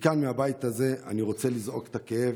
מכאן, מהבית הזה, אני רוצה לזעוק את הכאב,